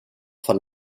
von